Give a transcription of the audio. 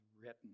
written